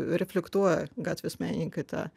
reflektuoja gatvės menininkai tą